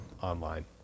online